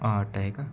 आठ आहे का